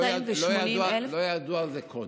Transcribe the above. לא ידעו על זה קודם.